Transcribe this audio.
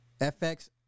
FX